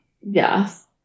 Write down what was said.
Yes